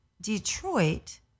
Detroit